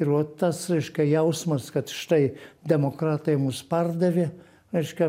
ir vot tas reiškia jausmas kad štai demokratai mus pardavė reiškia